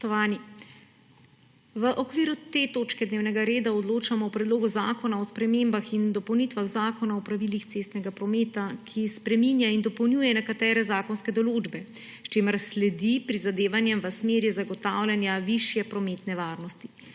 V okviru te točke dnevnega reda odločamo o Predlogu zakona o spremembah in dopolnitvah Zakona o pravilih cestnega prometa, ki spreminja in dopolnjuje nekatere zakonske določbe, s čimer sledi prizadevanjem v smeri zagotavljanja višje prometne varnosti.